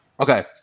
Okay